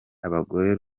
abagore